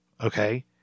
Okay